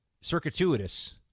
circuitous